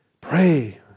Pray